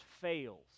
fails